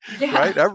right